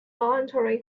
voluntary